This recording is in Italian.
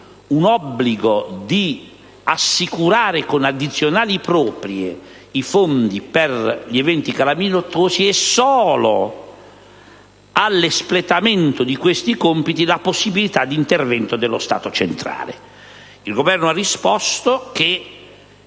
l'obbligo di assicurare con addizionali proprie fondi per gli eventi calamitosi e solo a seguito dell'espletamento di questi compiti la possibilità di intervento dello Stato centrale. Il Governo ha risposto che